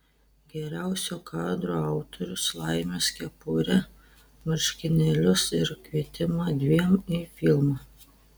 geriausio kadro autorius laimės kepurę marškinėlius ir kvietimą dviem į filmą